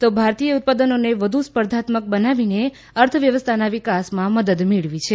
તો ભારતીય ઉત્પાદનોને વધુ સ્પર્ધાત્મક બનાવીને અર્થવ્યવસ્થાના વિકાસમાં મદદ મેળવી છે